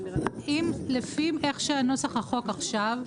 לפי איך שנוסח החוק עכשיו,